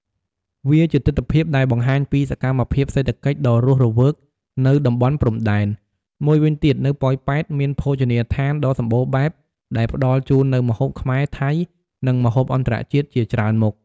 វាជាទិដ្ឋភាពដែលបង្ហាញពីសកម្មភាពសេដ្ឋកិច្ចដ៏រស់រវើកនៅតំបន់ព្រំដែន មួយវិញទៀតនៅប៉ោយប៉ែត មាន ភោជនីយដ្ឋាន ដ៏សម្បូរបែបដែលផ្តល់ជូននូវម្ហូបខ្មែរ ថៃ និងម្ហូបអន្តរជាតិជាច្រើនមុខ។